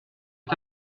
est